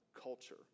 culture